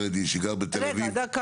זה נושא ענק,